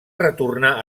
retornar